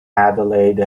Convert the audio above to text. adelaide